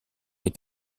est